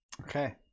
Okay